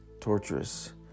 torturous